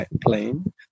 plane